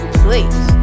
please